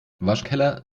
waschkeller